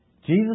Jesus